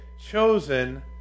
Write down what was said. chosen